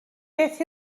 beth